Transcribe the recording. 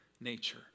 nature